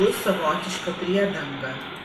bus savotiška priedanga